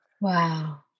Wow